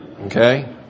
Okay